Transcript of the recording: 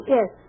Yes